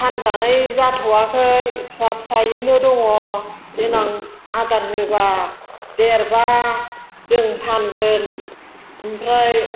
फानजानाय जाथ'वाखै फिसा फिसायैनो दंङ देनां आदार होबा देरोबा जों फानगोन ओमफ्राय